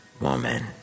woman